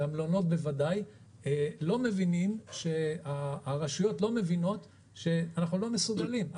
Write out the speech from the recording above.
ובוודאי המלונות הרשויות לא מבינות שאנחנו לא מסוגלים,